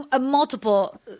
multiple